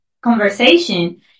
conversation